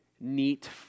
neat